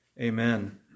Amen